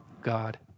God